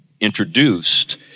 introduced